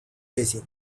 basin